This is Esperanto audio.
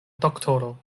doktoro